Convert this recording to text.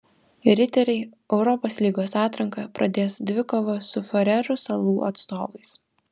riteriai europos lygos atranką pradės dvikova su farerų salų atstovais